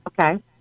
Okay